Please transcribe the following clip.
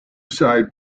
side